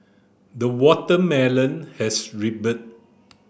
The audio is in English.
the watermelon has ripened